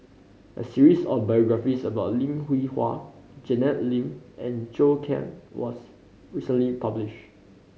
a series of biographies about Lim Hwee Hua Janet Lim and Zhou Can was recently publish